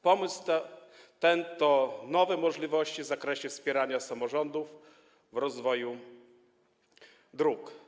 Pomysł ten to nowe możliwości w zakresie wspierania samorządów w rozwijaniu dróg.